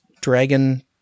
dragon